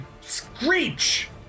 screech